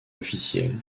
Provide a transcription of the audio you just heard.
officielle